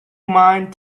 mind